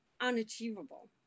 unachievable